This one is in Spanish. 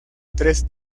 tres